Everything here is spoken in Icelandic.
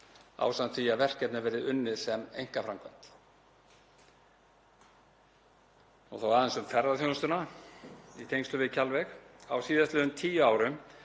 ásamt því að verkefnið verði unnið sem einkaframkvæmd.